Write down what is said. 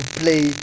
play